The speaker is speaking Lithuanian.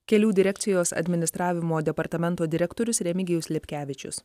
kelių direkcijos administravimo departamento direktorius remigijus lipkevičius